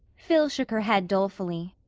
phil shook her head dolefully.